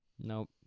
Nope